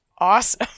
awesome